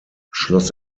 schloss